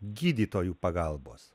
gydytojų pagalbos